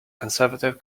conservative